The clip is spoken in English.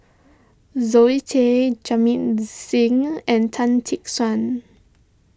Zoe Tay Jamit Singh and Tan Tee Suan